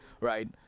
right